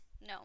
no